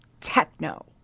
techno